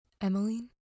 Emmeline